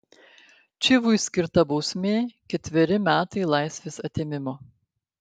čivui skirta bausmė ketveri metai laisvės atėmimo